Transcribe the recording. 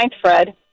Fred